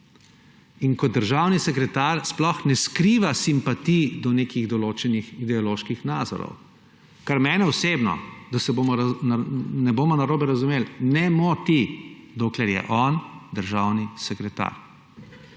In kot državni sekretar sploh ne skriva simpatij do določenih ideoloških nazorov, kar mene osebno, da se ne bomo narobe razumeli, ne moti, dokler je on državni sekretar.